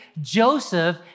Joseph